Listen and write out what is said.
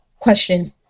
Questions